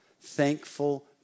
thankful